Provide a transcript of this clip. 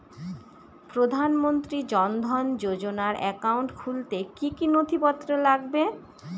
প্রধানমন্ত্রী জন ধন যোজনার একাউন্ট খুলতে কি কি নথিপত্র লাগবে?